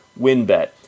WinBet